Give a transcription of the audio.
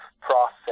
process